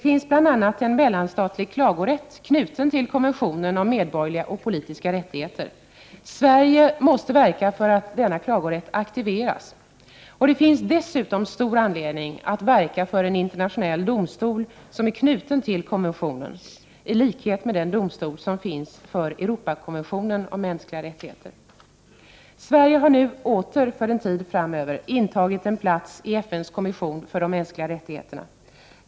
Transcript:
Bl.a. finns en mellanstatlig klagorätt knuten till konventionen om medborgerliga och politiska rättigheter. Sverige måste verka för att denna klagorätt aktiveras. Dessutom finns stor anledning att verka för en internationell domstol som är knuten till konventionen, i likhet med den domstol som finns för Europakonventionen om mänskliga rättigheter. Sverige har nu åter för en tid framöver intagit en plats i FN:s kommission för de mänskliga rättigheterna.